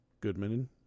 Goodman